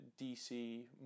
DC